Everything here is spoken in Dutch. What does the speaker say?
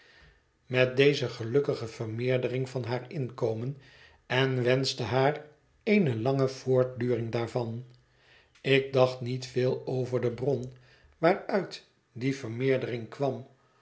met deze gelukkige vermeerdering van haar inkomen en wenschte haar eene lange voortduring daarvan ik dacht niet veel over de bron waaruit die vermeerdering kwam